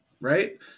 right